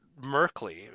Merkley